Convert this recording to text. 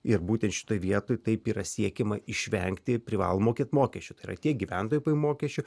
ir būtent šitoje vietoj taip yra siekiama išvengti privalo mokėti mokesčius yra tiek gyventojų pajamų mokesčiu